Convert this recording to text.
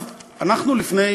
אנחנו לפני